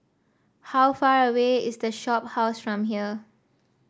how far away is The Shophouse from here